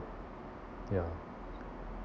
ya